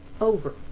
over